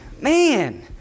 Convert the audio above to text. man